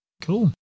Cool